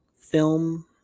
film